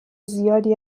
زیادی